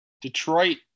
Detroit